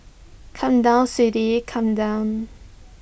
come down sweetie come down